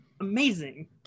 amazing